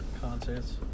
concerts